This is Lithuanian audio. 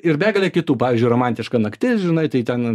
ir begalę kitų pavyzdžiui romantiška naktis žinai tai ten